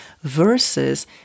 versus